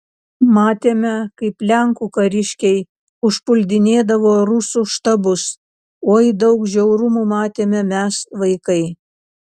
matėme kaip lenkų kariškiai užpuldinėdavo rusų štabus oi daug žiaurumų matėme mes vaikai